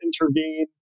intervene